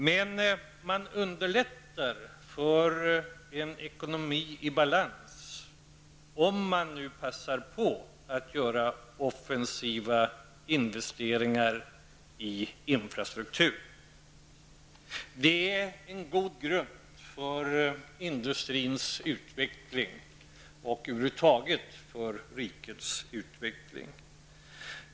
Men man underlättar för en ekonomi i balans om man nu passar på att göra offensiva investeringar i infrastruktur. Det är en god grund för industrins utveckling och över huvud taget för rikets utveckling.